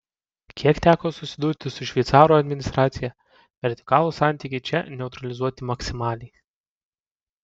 kiek teko susidurti su šveicarų administracija vertikalūs santykiai čia neutralizuoti maksimaliai